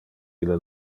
ille